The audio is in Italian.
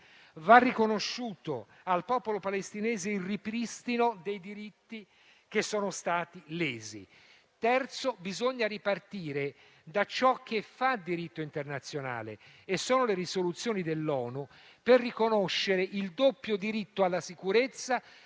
va riconosciuto al popolo palestinese il ripristino dei diritti che sono stati lesi. Terzo: bisogna ripartire da ciò che fa diritto internazionale, le risoluzioni dell'ONU, per riconoscere il doppio diritto alla sicurezza